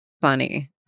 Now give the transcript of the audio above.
Funny